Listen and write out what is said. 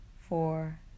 four